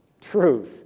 Truth